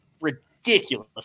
ridiculous